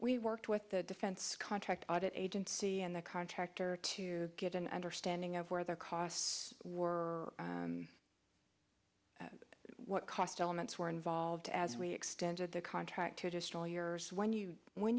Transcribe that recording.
we worked with the defense contract audit agency and the contractor to get an understanding of where their costs were and what cost elements were involved as we extended the contract you know years when you when